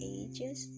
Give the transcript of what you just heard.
ages